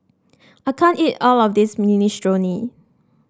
I can't eat all of this Minestrone